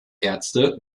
ärzte